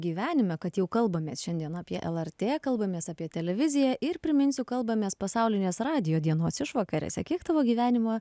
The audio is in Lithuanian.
gyvenime kad jau kalbamės šiandien apie lrt kalbamės apie televiziją ir priminsiu kalbamės pasaulinės radijo dienos išvakarėse kiek tavo gyvenimo